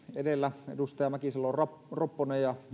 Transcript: edellä edustaja mäkisalo ropponen ja jo